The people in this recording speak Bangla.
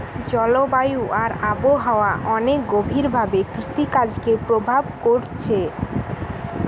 জলবায়ু আর আবহাওয়া অনেক গভীর ভাবে কৃষিকাজকে প্রভাব কোরছে